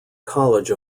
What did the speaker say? college